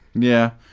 yeah.